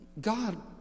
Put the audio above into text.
God